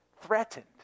threatened